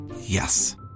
Yes